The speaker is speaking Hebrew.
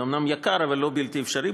זה אומנם יקר, אבל לא בלתי אפשרי.